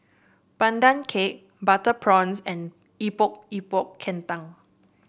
Pandan Cake Butter Prawns and Epok Epok Kentang